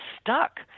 stuck